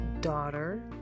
daughter